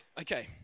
Okay